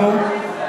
אנחנו,